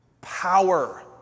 Power